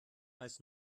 als